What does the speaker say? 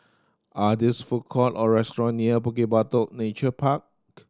are these food court or restaurant near Bukit Batok Nature Park